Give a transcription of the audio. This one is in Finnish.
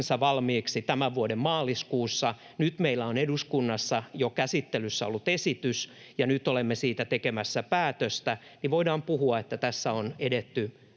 valmiiksi tämän vuoden maaliskuussa, niin nyt meillä on eduskunnassa jo käsittelyssä ollut esitys ja nyt olemme siitä tekemässä päätöstä, ja voidaan puhua, että tässä on edetty